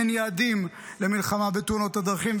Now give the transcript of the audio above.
אין יעדים למלחמה בתאונות הדרכים,